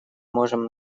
можем